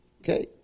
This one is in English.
Okay